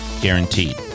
guaranteed